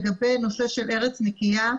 לגבי נושא של ארץ נקייה.